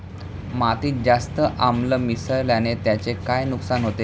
मातीत जास्त आम्ल मिसळण्याने त्याचे काय नुकसान होते?